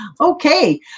Okay